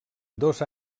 dos